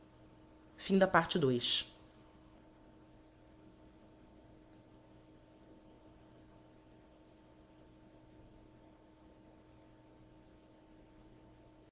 a quinta parte dos